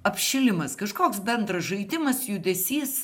apšilimas kažkoks bendras žaidimas judesys